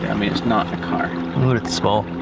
i mean, it's not a car. it's small.